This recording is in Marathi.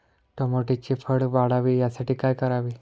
टोमॅटोचे फळ वाढावे यासाठी काय करावे?